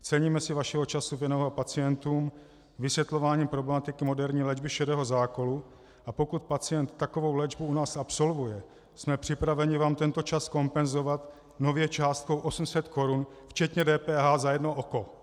Ceníme si vašeho času věnovaného pacientům vysvětlováním problematiky moderní léčby šedého zákalu, a pokud pacient takovou léčbu u nás absolvuje, jsme připraveni vám tento čas kompenzovat nově částkou 800 korun včetně DPH za jedno oko.